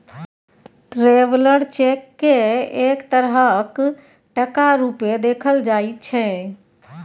traveller cheque केँ एक तरहक टका रुपेँ देखल जाइ छै